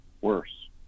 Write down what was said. worse